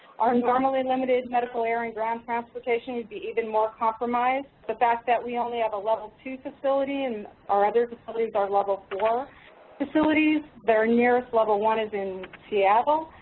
our normally limited medical air and ground transportation would be even more compromised, the fact that we only have a level two facility and our other facilities are level four facilities. that our nearest level one is in seattle.